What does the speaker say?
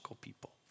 people